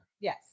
yes